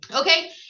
Okay